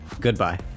Goodbye